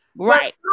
Right